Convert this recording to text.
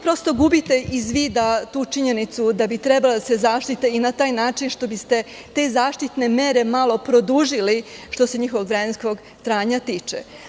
Prosto gubite iz vida činjenicu da treba da se zaštite i na taj način što biste te zaštitne mere malo produžili, što se njihovog vremenskog trajanja tiče.